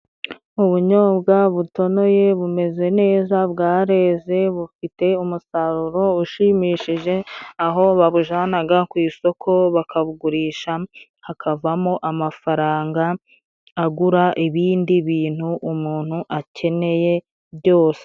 Ubunyobwa butonoye bumeze neza, bwareze bufite umusaruro ushimishije aho babujyanaga ku isoko bakabugurisha, hakavamo amafaranga agura ibindi bintu umuntu akeneye byose.